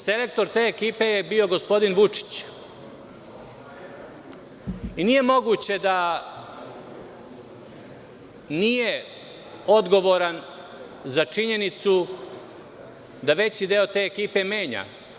Selektor te ekipe je bio gospodin Vučić i nije moguće da nije odgovoran za činjenicu da veći deo te ekipe menja.